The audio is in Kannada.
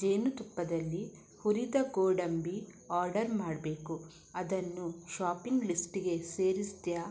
ಜೇನುತುಪ್ಪದಲ್ಲಿ ಹುರಿದ ಗೋಡಂಬಿ ಆರ್ಡರ್ ಮಾಡಬೇಕು ಅದನ್ನು ಶಾಪಿಂಗ್ ಲಿಸ್ಟಿಗೆ ಸೇರಿಸ್ತೀಯಾ